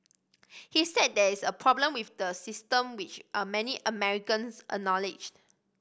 he said there is a problem with the system which many Americans acknowledged